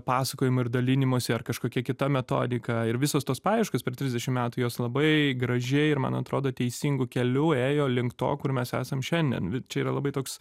pasakojimų ir dalinimosi ar kažkokia kita metodika ir visos tos paieškos per trisdešim metų jos labai gražiai ir man atrodo teisingu keliu ėjo link to kur mes esam šiandien čia yra labai toks